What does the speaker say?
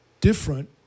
different